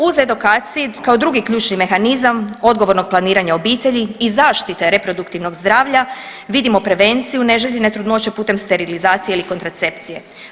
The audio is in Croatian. Uz edukaciju kao drugi ključni mehanizam odgovornog planiranja obitelji i zaštite reproduktivnog zdravlja vidimo prevenciju neželjene trudnoće putem sterilizacije ili kontracepcije.